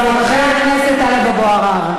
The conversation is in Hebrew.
העיר, לדאבונכם, חבר הכנסת טלב אבו עראר.